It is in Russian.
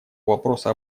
вопроса